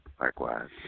Likewise